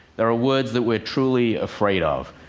there are words that we're truly afraid of.